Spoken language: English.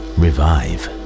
revive